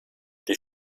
die